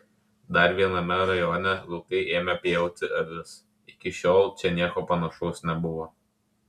dar viename rajone vilkai ėmė pjauti avis iki šiol čia nieko panašaus nebuvo